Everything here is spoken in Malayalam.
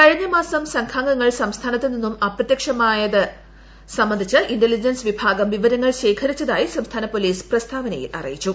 കഴിഞ്ഞ മാസം സംഘാംഗങ്ങൾ സംസ്ഥാനത്ത് നിന്നും അപ്രത്യക്ഷമായതു സംബന്ധിച്ച് ഇന്റലിജൻസ് വിഭാഗം വിവരങ്ങൾ ശേഖരിച്ചതായി സംസ്ഥാന പോലീസ് പ്രസ്താവനയിൽ അറിയിച്ചു